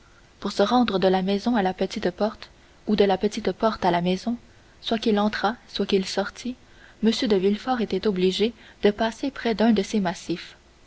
pour se rendre de la maison à la petite porte ou de la petite porte à la maison soit qu'il entrât soit qu'il sortît m de villefort était obligé de passer près d'un de ces massifs